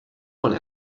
one